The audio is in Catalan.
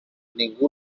ningú